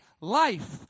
life